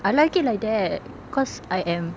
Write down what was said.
I like it like that cause I am